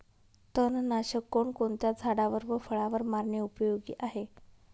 तणनाशक कोणकोणत्या झाडावर व फळावर मारणे उपयोगी आहे?